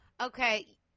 Okay